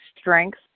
strength